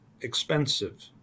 expensive